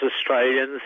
Australians